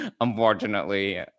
unfortunately